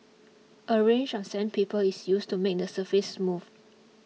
a range of sandpaper is used to make the surface smooth